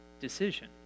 decision